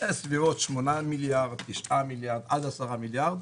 על בסביבות 8 מיליארד, 9, עד 10 מיליארד.